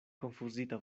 konfuzita